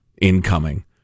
incoming